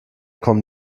kommen